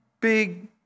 big